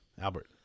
Albert